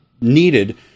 needed